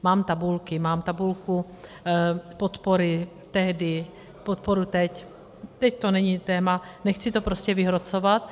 Mám tabulky, mám tabulku podpory tehdy, podpory teď teď to není téma, nechci to prostě vyhrocovat.